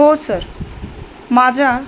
हो सर माझ्या